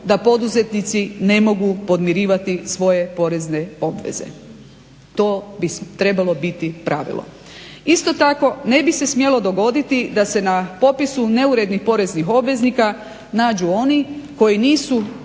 da poduzetnici ne mogu podmirivati svoje porezne obveze. To bi trebalo biti pravilo. Isto tako, ne bi se smjelo dogoditi da se na popisu neurednih poreznih obveznika nađu oni koji nisu